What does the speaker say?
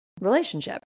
relationship